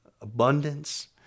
abundance